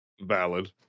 valid